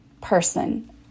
person